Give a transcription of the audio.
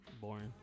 boring